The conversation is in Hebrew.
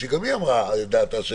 שגם היא אמרה את דעתה,